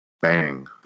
bang